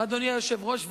אדוני היושב-ראש,